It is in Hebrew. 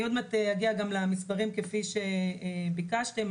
בהמשך אני אתייחס למספרים, כפי שביקשתם.